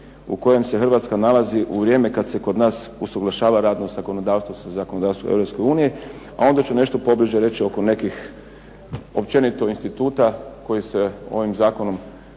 u kojem se Hrvatska nalazi u vrijeme kad se kod nas usuglašava radno zakonodavstvo sa zakonodavstvom Europske unije, a onda ću nešto pobliže reći oko nekih općenito instituta koji se ovim zakonom